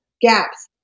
gaps